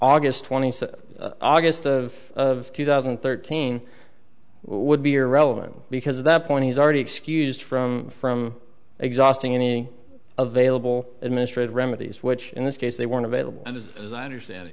august twenty fifth of two thousand and thirteen would be irrelevant because at that point he's already excused from from exhausting any available administrative remedies which in this case they weren't available and as i understand